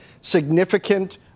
significant